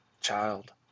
Child